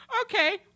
Okay